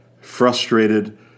frustrated